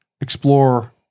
explore